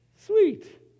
sweet